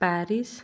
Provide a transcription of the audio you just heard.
Paris